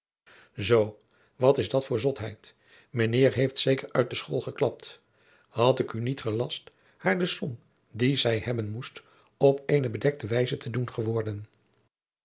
zoo wat is dat voor zotheid mijnheer heeft zeker uit de school geklapt had ik u niet gelast haar de som die zij hebben moest op eene bedekte wijze te doen geworden